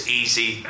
easy